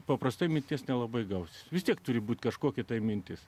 paprastai mirties nelabai gaus vis tiek turi būti kažkokia mintis